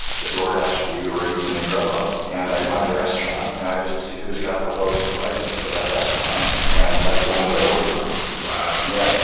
the door dash, the uber eats and the grubhub. and i find a restaurant and i just see who's got the lowest price for that restaurant. and that's the one that i order from. wow. yeah.